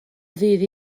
ddydd